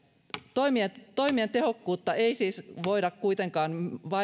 toimien tehokkuutta ei voida kuitenkaan